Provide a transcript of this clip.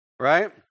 Right